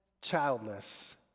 childless